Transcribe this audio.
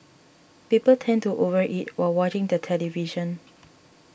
people tend to over eat while watching the television